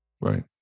Right